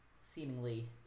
seemingly